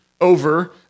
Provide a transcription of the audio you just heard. over